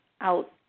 out